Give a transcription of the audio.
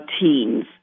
teens